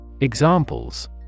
Examples